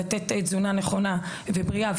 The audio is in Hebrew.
לתת תזונה נכונה ובריאה,